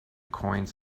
coins